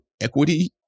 equity